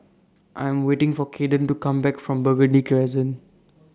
I Am waiting For Cayden to Come Back from Burgundy Crescent